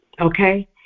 okay